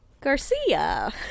Garcia